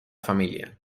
familia